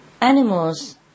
Animals